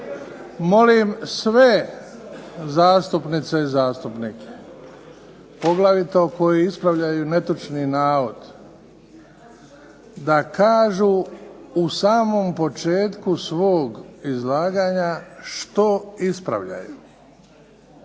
Molim sve zastupnice i zastupnike poglavito koji ispravljaju netočni navod da kažu u samom početku svog izlaganja što ispravljaju.